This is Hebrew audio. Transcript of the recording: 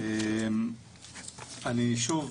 אני שוב,